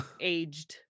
aged